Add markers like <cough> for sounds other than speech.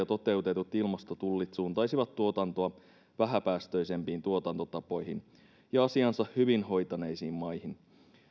<unintelligible> toteutetut ilmastotullit suuntaisivat tuotantoa vähäpäästöisempiin tuotantotapoihin ja asiansa hyvin hoitaneisiin maihin